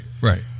right